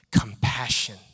compassion